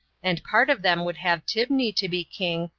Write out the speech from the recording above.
and part of them would have tibni to be king,